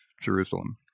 Jerusalem